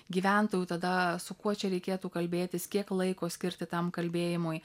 gyventojų tada su kuo čia reikėtų kalbėtis kiek laiko skirti tam kalbėjimui